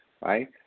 right